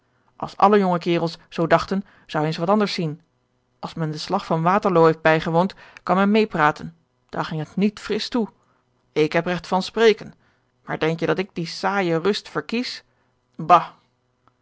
als alle jonge kerels zoo dachten zou je eens wat anders zien als men den slag van waterloo heeft bijgewoond kan men meêpraten daar ging het niet frisch toe ik heb regt van spreken maar denk je dat ik die saaije rust verkies bah